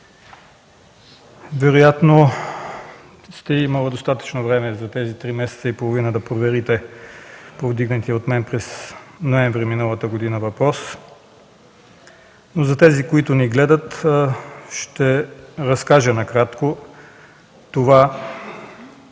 Вероятно сте имала достатъчно време за тези три месеца и половина да проверите повдигнатия от мен през месец ноември миналата година въпрос. За тези, които ни гледат, ще разкажа накратко това,